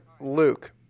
Luke